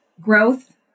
growth